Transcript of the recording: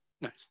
nice